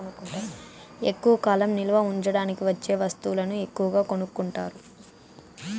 ఎక్కువ కాలం నిల్వ ఉంచడానికి వచ్చే వస్తువులను ఎక్కువగా కొనుక్కుంటారు